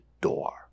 door